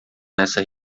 nessa